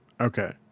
Okay